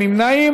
אין נמנעים.